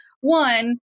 One